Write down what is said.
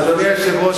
אדוני היושב-ראש,